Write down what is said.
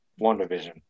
WandaVision